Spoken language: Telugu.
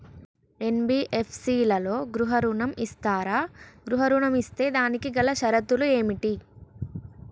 ఎన్.బి.ఎఫ్.సి లలో గృహ ఋణం ఇస్తరా? గృహ ఋణం ఇస్తే దానికి గల షరతులు ఏమిటి?